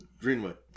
Greenway